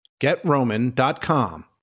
GetRoman.com